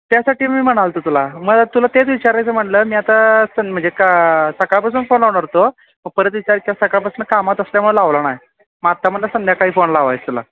त्यासाठी मी म्हणालो होतो तुला मग तुला तेच विचारायचं म्हटलं मी आता सन म्हणजे का सकाळपासून फोन लावणार होतो मग परत विचार केला सकाळपासून कामात असल्यामुळे लावला नाही मग आत्ता मला संध्याकाळी फोन लावायचं तुला